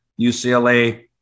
UCLA